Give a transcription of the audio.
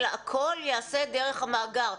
אלא הכול יעשה דרך המאגר.